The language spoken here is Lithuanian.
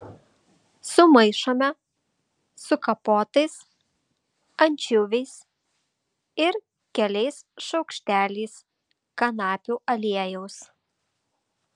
sumaišome su kapotais ančiuviais ir keliais šaukšteliais kanapių aliejaus